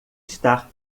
estar